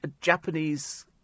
Japanese